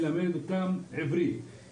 מלמד אותם עברית,